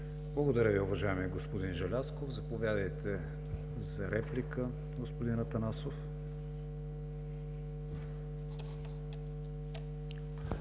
Благодаря Ви, уважаеми господин Желязков. Заповядайте за реплика, господин Атанасов.